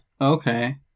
Okay